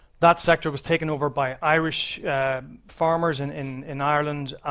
that sector was taken over by irish farmers and in in ireland.